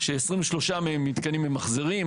ש-23 מתקנים מהם מתקנים ממחזרים.